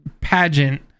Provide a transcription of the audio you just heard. pageant